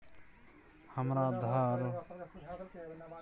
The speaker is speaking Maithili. हमरा धर बनावे खातिर लोन के लिए कोन कौन कागज जमा करे परतै?